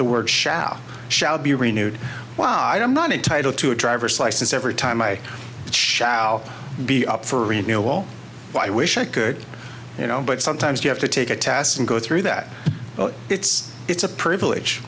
the word shall shall be renewed wow i don't not entitled to a driver's license every time i shall be up for renewal but i wish i could you know but sometimes you have to take a test and go through that it's it's a privilege